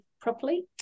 properly